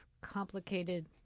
complicated